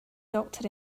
doctor